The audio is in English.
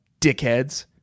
dickheads